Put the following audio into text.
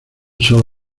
solo